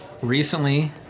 Recently